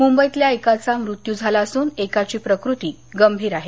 मुंबईतल्या एकाचा मृत्यू झाला असून एकाची प्रकृती गंभीर आहे